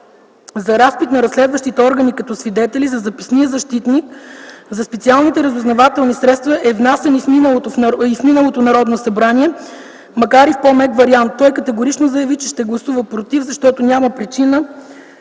за разпит на разследващите органи като свидетели, за запасния защитник, за специалните разузнавателни средства, е внасян и в миналото Народно събрание, макар и в по-мек вариант. Той категорично заяви, че ще гласува против, защото няма причина